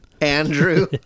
Andrew